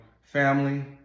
family